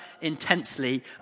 intensely